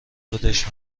بدش